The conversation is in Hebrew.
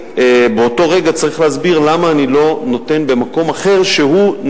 באותו רגע אני צריך להסביר למה אני לא נותן במקום אחר שהוא,